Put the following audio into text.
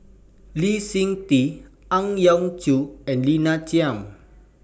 Lee Seng Tee Ang Yau Choon and Lina Chiam